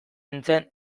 nintzen